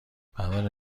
پروانه